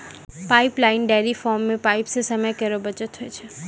pipeline dairy farm म pipe सें समय केरो बचत होय छै